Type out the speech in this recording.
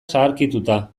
zaharkituta